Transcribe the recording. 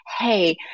hey